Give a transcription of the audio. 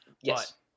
yes